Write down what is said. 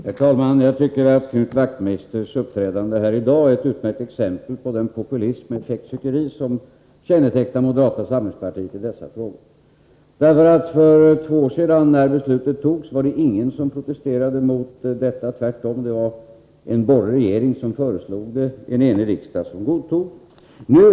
Herr talman! Jag tycker att Knut Wachtmeisters uppträdande här i dag är ett utmärkt exempel på den populism och det effektsökeri som kännetecknar moderata samlingspartiet i dessa frågor. För två år sedan då beslutet togs var det ingen som protesterade mot detta. Tvärtom var det en borgerlig regering som föreslog det och en enig riksdag som godtog det.